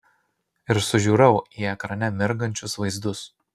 ir sužiurau į ekrane mirgančius vaizdus